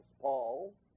Paul